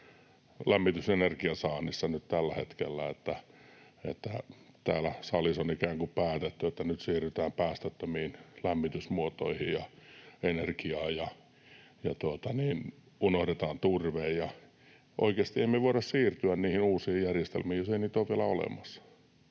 lämmitysenergian saannissa nyt tällä hetkellä, että täällä salissa on ikään kuin päätetty, että nyt siirrytään päästöttömiin lämmitysmuotoihin ja energiaan ja unohdetaan turve. Oikeasti me ei voida siirtyä niihin uusiin järjestelmiin, jos niitä ei ole vielä olemassa.